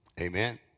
Amen